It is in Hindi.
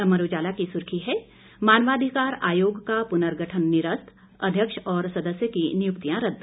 अमर उजाला की सुर्खी है मानवाधिकार आयोग का पुनर्गठन निरस्त अध्यक्ष और सदस्य की नियुक्तियां रद्द